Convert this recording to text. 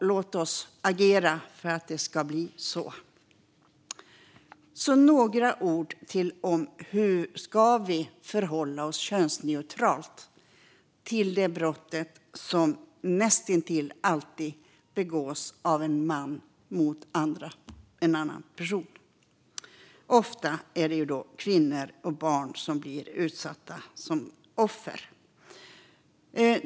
Låt oss agera för att det ska bli så. Så några ord om huruvida vi ska förhålla oss könsneutralt till ett brott som näst intill alltid begås av en man mot en annan person. Ofta är det kvinnor och barn som blir utsatta som offer.